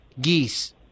geese